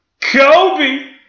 Kobe